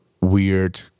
weird